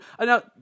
Now